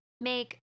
make